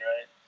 right